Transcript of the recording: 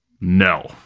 No